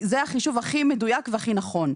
זה החישוב הכי מדויק והכי נכון.